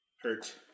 Hurt